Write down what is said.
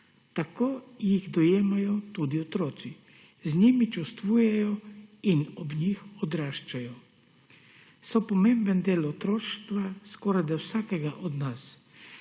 Tako jih dojemajo tudi otroci. Z njimi čustvujejo in ob njih odraščajo. So pomemben del otroštva, skorajda vsakega od nas.